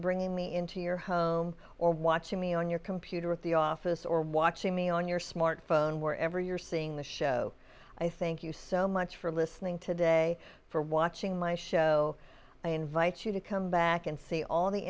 bringing me into your home or watching me on your computer at the office or watching me on your smartphone wherever you're seeing the show i thank you so much for listening today for watching my show i invite you to come back and see all the